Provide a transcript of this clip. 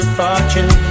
fortune